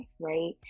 Right